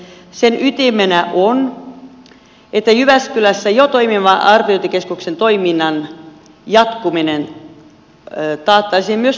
sen ytimenä on että jyväskylässä jo toimivan arviointikeskuksen toiminnan jatkuminen taattaisiin myös tulevaisuudessa